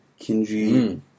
Kinji